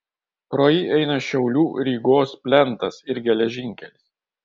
pro jį eina šiaulių rygos plentas ir geležinkelis